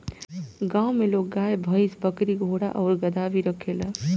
गांव में लोग गाय, भइस, बकरी, घोड़ा आउर गदहा भी रखेला